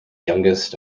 youngest